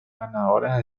ganadoras